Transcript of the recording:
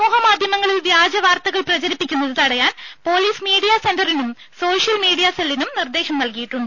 സമൂഹ മാധ്യമങ്ങളിൽ വ്യാജ വാർത്തകൾ പ്രചരിക്കുന്നത് തടയാൻ പൊലീസ് മീഡിയ സെന്ററിനും സോഷ്യൽ മീഡിയ സെല്ലിനും നിർദ്ദേശം നൽകിയിട്ടുണ്ട്